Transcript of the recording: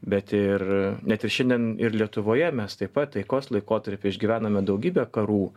bet ir net ir šiandien lietuvoje mes taip pat taikos laikotarpy išgyvename daugybę karų